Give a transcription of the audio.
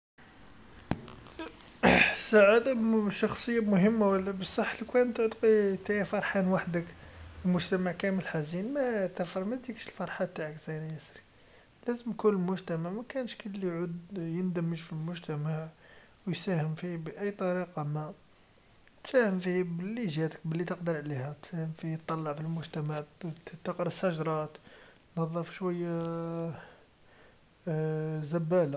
ا السعاده مو مالشخصيه المهمه ولا ، بصح لوكان نتا تقي نتايا فرحان وحدك، مجتمع كامل حزين ما نت أصلا متجيكش الفرحه زاينا ياسر، لازم كل مجتمع مكانش كيما ليعود يندمج في المجتمع و يساهم فيه بأي طريقه ما، تساهم فيه بلي جات بلي تقدر عليها، تساهم في طلع المجتمع ت- تغرس شجرا تنظف شويا زباله.